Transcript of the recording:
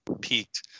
peaked